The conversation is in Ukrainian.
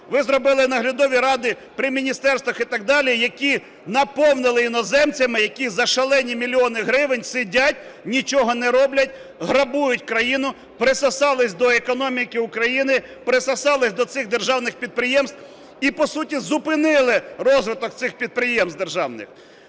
ви зробили наглядові ради при міністерствах і так далі, які наповнили іноземцями, які за шалені мільйони гривень сидять, нічого не роблять, грабують країну, присосалися до економіки України, присосались до цих державних підприємств, і, по суті, зупинили розвиток цих підприємств державних.